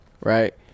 right